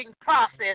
process